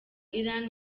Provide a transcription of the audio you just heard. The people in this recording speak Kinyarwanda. iran